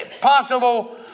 possible